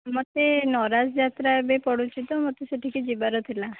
ମୋତେ ନରାଜ ଯାତ୍ରା ଏବେ ପଡ଼ୁଛି ତ ମୋତେ ସେଠିକି ଯିବାର ଥିଲା